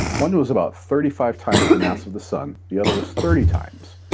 one was about thirty five times the mass of the sun the other was thirty times.